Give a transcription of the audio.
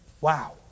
Wow